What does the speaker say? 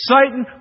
Satan